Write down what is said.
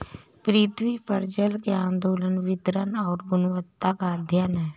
पृथ्वी पर जल के आंदोलन वितरण और गुणवत्ता का अध्ययन है